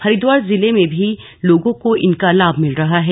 हरिद्वार जिले में भी लोगों को इनका लाभ मिल रहा है